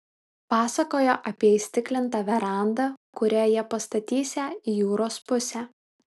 pasakojo apie įstiklintą verandą kurią jie pastatysią į jūros pusę